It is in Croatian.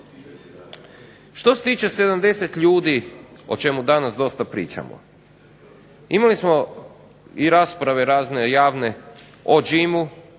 Što se tiče 70 ljudi, o čemu danas dosta pričamo. Imali smo i rasprave razne javne o …